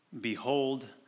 Behold